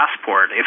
passport